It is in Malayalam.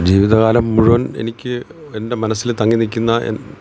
ജീവിത കാലം മുഴുവൻ എനിക്ക് എൻ്റെ മനസ്സിൽ തങ്ങി നിൽക്കുന്ന എൻ